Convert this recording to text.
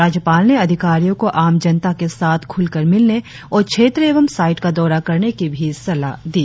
राज्यपाल ने अधिकारियों को आम जनता के साथ खुलकर मिलने और क्षेत्र एवं साइट का दौरा करने की सलाह भी दी